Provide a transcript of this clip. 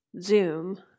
Zoom